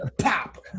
Pop